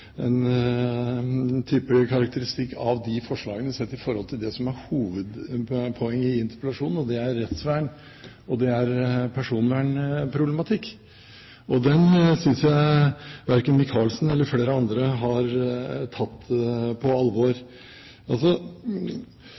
som er hovedpoenget i interpellasjonen, og det er rettsvern og det er personvernproblematikk. Den synes jeg verken Micaelsen eller flere andre har tatt på alvor.